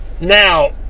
Now